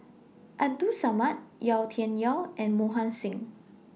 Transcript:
Abdul Samad Yau Tian Yau and Mohan Singh